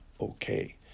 okay